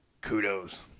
Kudos